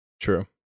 True